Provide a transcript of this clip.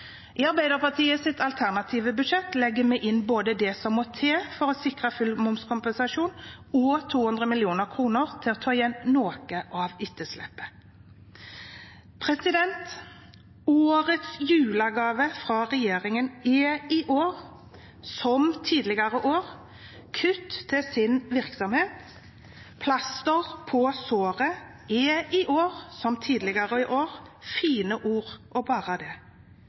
I Arbeiderpartiets alternative budsjett legger vi inn både det som må til for å sikre full momskompensasjon, og 200 mill. kr for å ta igjen noe av etterslepet. Årets julegave fra regjeringen er, som i tidligere år, kutt til sin virksomhet. Plaster på såret, i år som i tidligere år, er fine ord – og bare det.